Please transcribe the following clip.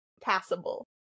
passable